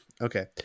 Okay